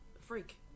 Freak